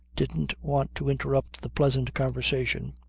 didn't want to interrupt the pleasant conversation.